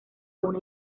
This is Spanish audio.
una